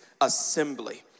assembly